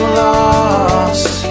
lost